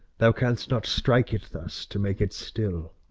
thou canst not strike it thus to make it still.